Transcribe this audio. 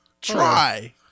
Try